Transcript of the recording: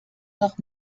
noch